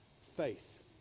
Faith